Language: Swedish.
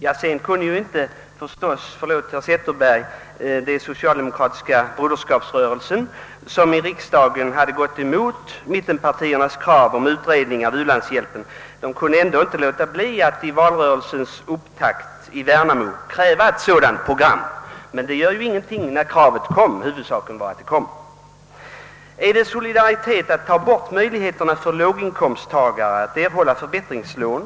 Sedan kunde förstås herr Zetterberg, ordförande för den socialdemokratiska broderskapsrörelsen, som i riksdagen hade gått emot mittenpartiernas krav på utredning om u-landshjälpen, inte låta bli att i valrörelsens upptakt i Värnamo kräva ett sådant program. Men det gör ingenting när kravet kommer — huvudsaken är att det kommer. Är det solidaritet att ta bort möjligheten för låginkomsttagare att erhålla förbättringslån?